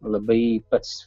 labai pats